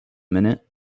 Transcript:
minute